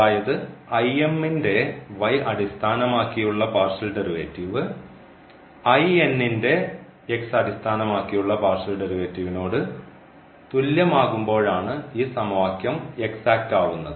അതായത് ൻറെ അടിസ്ഥാനമാക്കിയുള്ള പാർഷ്യൽ ഡെറിവേറ്റീവ് ൻറെ അടിസ്ഥാനമാക്കിയുള്ള പാർഷ്യൽ ഡെറിവേറ്റീവ്നോട് തുല്യം ആകുമ്പോഴാണ് ഈ സമവാക്യം എക്സാറ്റ് ആവുന്നത്